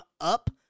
up